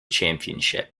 championship